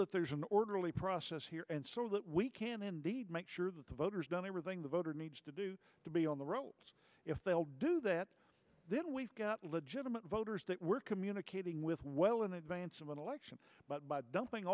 that there's an orderly process here and so that we can indeed make sure that the voters done everything the voter needs to do to be on the roads if they'll do that then we've got legitimate voters we're communicating with well in advance of an election but by dumping